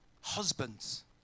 Husbands